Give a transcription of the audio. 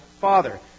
father